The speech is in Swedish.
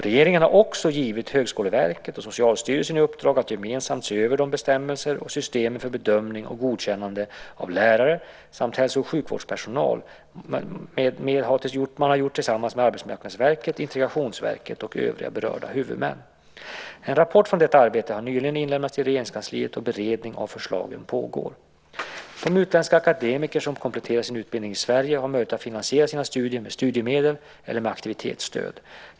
Regeringen har också givit Högskoleverket och Socialstyrelsen i uppdrag att gemensamt se över de bestämmelserna och systemen för bedömning och godkännande av lärare samt hälso och sjukvårdspersonal som har gjorts tillsammans med Arbetsmarknadsverket, Integrationsverket och övriga berörda huvudmän. En rapport från detta arbete har nyligen inlämnats till Regeringskansliet, och beredning av förslagen pågår. De utländska akademiker som kompletterar sin utbildning i Sverige har möjlighet att finansiera sina studier med studiemedel eller med aktivitetsstöd.